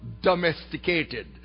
domesticated